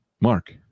Mark